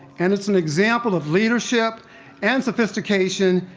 and it's an example, of leadership and sophistication,